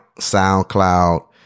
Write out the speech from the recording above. SoundCloud